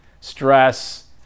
Stress